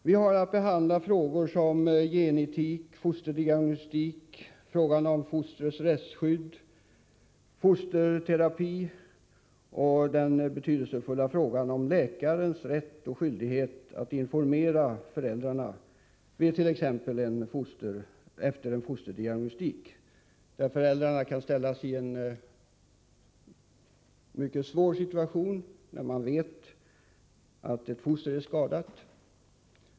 Vi har att behandla frågor som gen-etik, fosterdiagnostik, fostrets rättsskydd, fosterterapi och den betydelsefulla frågan om läkarens rätt och skyldighet att informera föräldrarna t.ex. efter en fosterdiagnostik, varvid föräldrarna kan försättas i en mycket svår situation om de får veta att fostret är skadat.